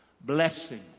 Blessing